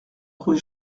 rue